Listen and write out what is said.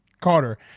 Carter